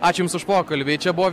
ačiū jums už pokalbį čia buvo